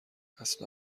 اصلا